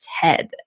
TED